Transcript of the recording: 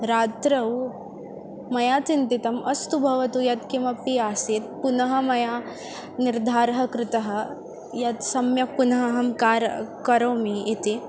रात्रौ मया चिन्तितम् अस्तु भवतु यत्किमपि आसीत् पुनः मया निर्धारः कृतः यत् सम्यक् पुनः अहं कारः करोमि इति